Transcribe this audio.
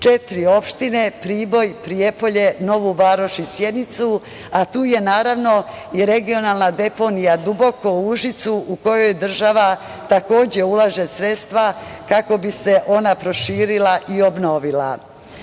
četiri opštine – Priboj, Prijepolje, Novu Varoš i Sjenicu, a tu je i regionalna deponija „Duboko“ u Užicu u koju država takođe ulaže sredstva kako bi se ona proširila i obnovila. Ja